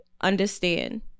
understand